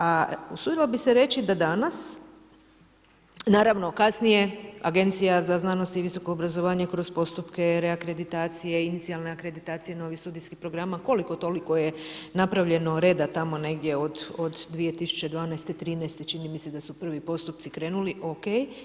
A usudila bih reći da danas, naravno kasnije Agencija za znanost i visoko obrazovanje kroz postupke reakreditacije, inicijalne akreditacije, novih studijskih programa, koliko toliko je napravljeno reda tamo negdje od 2012., 2013. čini mi se da su prvi postupci krenuli, ok.